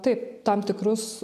taip tam tikrus